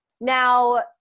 now